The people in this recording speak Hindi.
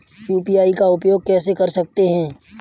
यू.पी.आई का उपयोग कैसे कर सकते हैं?